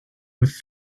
with